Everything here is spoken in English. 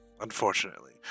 Unfortunately